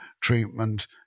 treatment